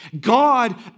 God